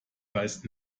weiß